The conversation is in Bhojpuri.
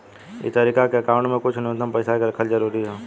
ए तरीका के अकाउंट में कुछ न्यूनतम पइसा के रखल जरूरी हवे